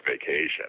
vacation